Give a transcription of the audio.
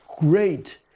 great